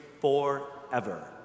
forever